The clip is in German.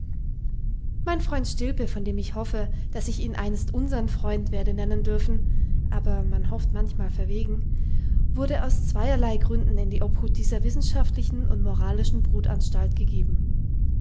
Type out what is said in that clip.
mein freund stilpe von dem ich hoffe daß ich ihn einst unsern freund werde nennen dürfen aber man hofft manchmal verwegen wurde aus zweierlei gründen in die obhut dieser wissenschaftlichen und moralischen brutanstalt gegeben